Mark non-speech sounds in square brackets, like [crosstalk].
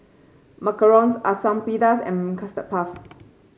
macarons Asam Pedas and Custard Puff [noise]